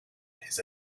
his